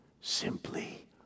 simply